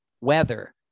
weather